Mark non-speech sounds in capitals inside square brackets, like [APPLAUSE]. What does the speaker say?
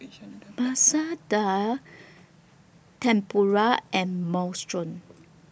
[NOISE] Masoor Dal Tempura and Minestrone